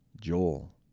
Joel